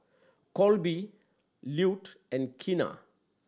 Colby Lute and Keena